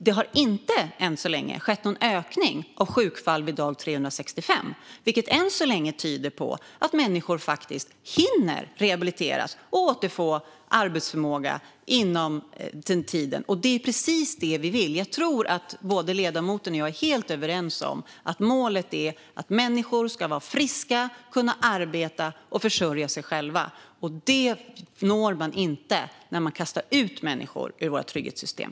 Det har inte, än så länge, skett någon ökning av sjukfall vid dag 365, vilket än så länge tyder på att människor faktiskt hinner rehabiliteras och återfå arbetsförmåga inom den tiden. Det är precis vad vi vill. Jag tror att både ledamoten och jag är helt överens om att målet är att människor ska vara friska, arbeta och försörja sig själva. Det når man inte när människor kastas ut ur våra trygghetssystem.